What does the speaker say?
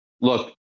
Look